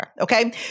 Okay